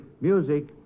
music